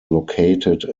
located